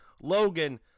Logan